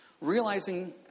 Realizing